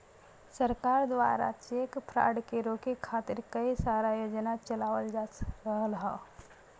सरकार दवारा cheque fraud के रोके खातिर कई सारा योजना चलावल जा रहल हौ